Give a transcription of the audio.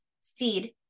seed